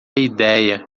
ideia